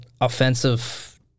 offensive